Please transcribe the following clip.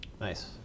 nice